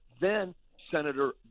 then-Senator